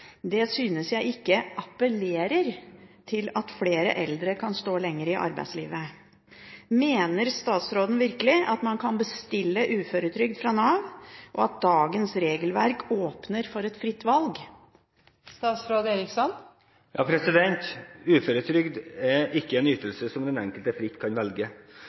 Det synes jeg ikke appellerer til at flere eldre kan stå lenger i arbeidslivet [...]» Mener statsråden at man bare kan bestille uføretrygd fra Nav og at dagens regelverk åpner for et fritt valg?» Uføretrygd er ikke en ytelse som den enkelte fritt kan velge.